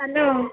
hello